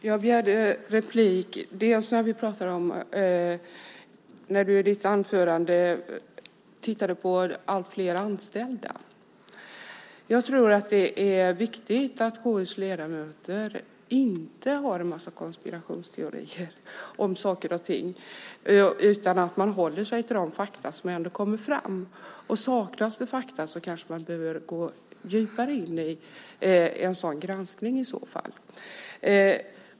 Herr talman! Jag begärde replik när Mauricio Rojas i sitt anförande talade om de allt fler anställda. Jag tror att det är viktigt att KU:s ledamöter inte har en massa konspirationsteorier om saker och ting utan håller sig till de fakta som ändå kommit fram. Saknas det fakta behöver man kanske gå djupare in i en sådan granskning.